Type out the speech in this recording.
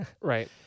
Right